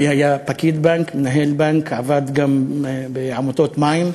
אבי היה פקיד בנק, מנהל בנק, עבד גם בעמותות מים,